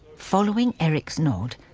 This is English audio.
following eric's nod,